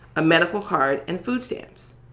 a medical card and food stamps.